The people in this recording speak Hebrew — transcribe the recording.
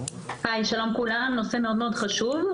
שלום לכולם, נושא מאוד חשוב.